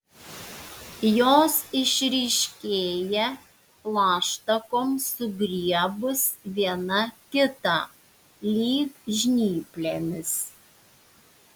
jos išryškėja plaštakoms sugriebus viena kitą lyg žnyplėmis